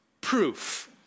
proof